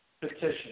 Petition